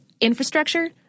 infrastructure